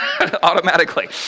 automatically